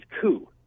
coup